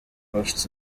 ufite